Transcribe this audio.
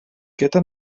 gyda